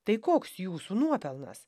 tai koks jūsų nuopelnas